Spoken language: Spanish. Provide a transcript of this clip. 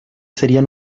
serían